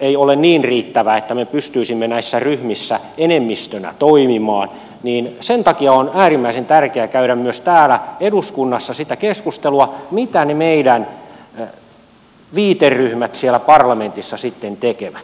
ei ole niin riittävä että me pystyisimme näissä ryhmissä enemmistönä toimimaan niin sen takia on äärimmäisen tärkeää käydä myös täällä eduskunnassa sitä keskustelua mitä ne meidän viiteryhmämme siellä parlamentissa sitten tekevät